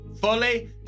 fully